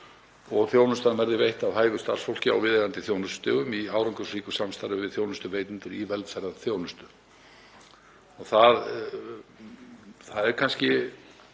að þjónustan verði veitt af hæfu starfsfólki á viðeigandi þjónustustigum í árangursríku samstarfi við þjónustuveitendur í velferðarþjónustu. Það er kannski